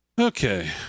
Okay